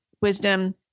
wisdom